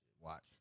watch